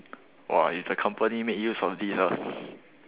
!wah! if the company made use of this ah